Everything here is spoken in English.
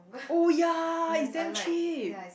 oh ya it's damn cheap